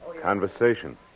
Conversation